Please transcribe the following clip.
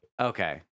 okay